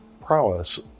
prowess